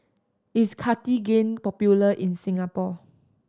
is Cartigain popular in Singapore